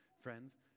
friends